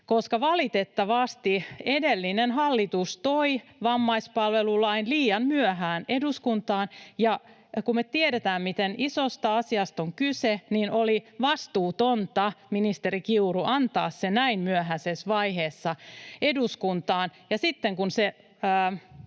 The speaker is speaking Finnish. koska valitettavasti edellinen hallitus toi vammaispalvelulain liian myöhään eduskuntaan. Ja kun me tiedetään, miten isosta asiasta on kyse, niin oli vastuutonta ministeri Kiurulta antaa se niin myöhäisessä vaiheessa eduskuntaan. Ja sitten kun se